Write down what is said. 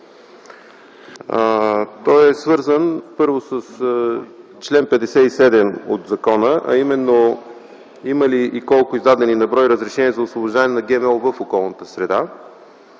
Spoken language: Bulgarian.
Той е свързан първо с чл. 57 от закона, а именно има ли и колко издадени на брой разрешения за освобождаване на генетично